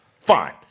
fine